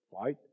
fight